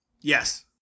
Yes